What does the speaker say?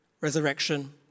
resurrection